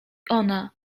ona